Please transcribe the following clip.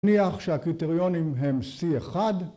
‫נניח שהקריטריונים הם C1,